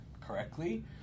correctly